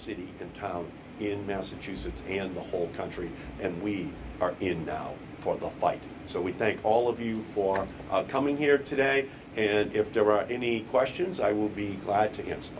city and town in massachusetts and the whole country and we are in now for the fight so we thank all of you for coming here today and if there are any questions i will be glad to a